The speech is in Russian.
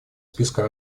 списка